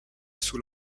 sous